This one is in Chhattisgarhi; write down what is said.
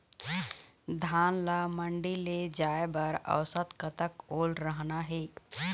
धान ला मंडी ले जाय बर औसत कतक ओल रहना हे?